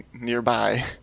nearby